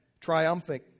triumphant